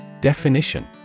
Definition